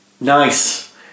Nice